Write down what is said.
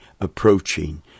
approaching